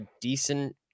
decent